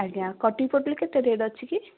ଆଜ୍ଞା କଟିକି ପୋଟଳ କେତେ ରେଟ୍ ଅଛି କି